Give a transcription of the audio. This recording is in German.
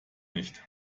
nicht